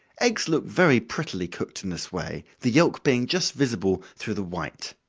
eggs look very prettily cooked in this way, the yelk being just visible through the white.